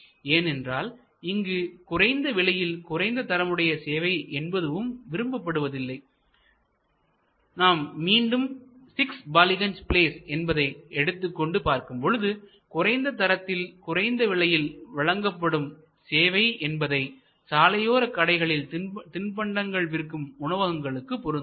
ஏனென்றால் இங்கு குறைந்த விலையில் குறைந்த தரமுடைய சேவை என்பதுவும் விரும்பப்படுவது இல்லை நாம் மீண்டும் 6 பாலிகஞ்ச் ப்ளேஸ் என்பதை எடுத்துக் கொண்டு பார்க்கும் பொழுது குறைந்த தரத்தில் குறைந்த விலையில் வழங்கப்படும் சேவை என்பதை சாலை ஓர கடைகளில் தின்பண்டங்கள் விற்கும் உணவகங்களுக்கு பொருந்தும்